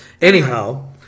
Anyhow